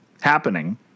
happening